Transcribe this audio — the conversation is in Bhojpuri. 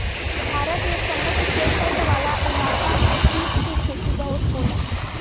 भारत में समुंद्र के तट वाला इलाका में सीप के खेती बहुते होला